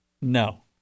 No